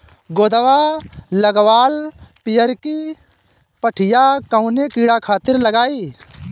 गोदवा लगवाल पियरकि पठिया कवने कीड़ा खातिर लगाई?